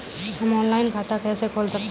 हम ऑनलाइन खाता कैसे खोल सकते हैं?